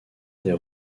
des